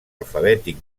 alfabètic